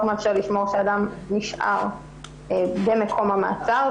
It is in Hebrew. מאפשר לשמור את האדם נשאר במקום המאסר.